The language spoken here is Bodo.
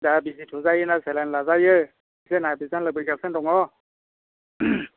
दा बिजि थुजायो ना सेलिन लाजायो एसे नायफैजानो लुबैगासिनो दङ